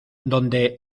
donde